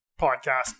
podcast